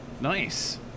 Nice